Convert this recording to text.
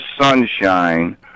sunshine